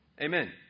Amen